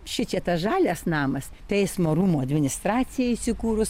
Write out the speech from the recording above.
šičia tas žalias namas teismo rūmų administracija įsikūrus